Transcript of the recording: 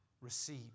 receive